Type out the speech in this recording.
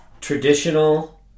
traditional